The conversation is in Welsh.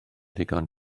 ddigon